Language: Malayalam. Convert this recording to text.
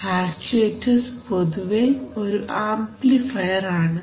ആക്ചുവേറ്റർസ് പൊതുവേ ഒരു ആംപ്ലിഫയർ ആണ്